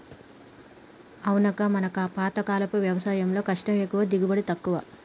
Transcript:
అవునక్క మన పాతకాలపు వ్యవసాయంలో కష్టం ఎక్కువ దిగుబడి తక్కువ